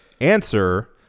answer